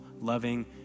loving